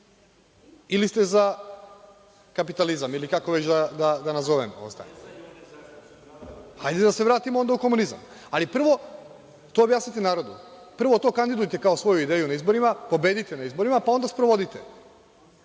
ili ste za kapitalizam ili kako već da nazovem ovo stanje. Hajde, da se onda vratimo u komunizam. Ali, to prvo objasnite narodu. Prvo to kandidujte kao svoju ideju na izborima, pobedite na izborima, pa onda sprovodite.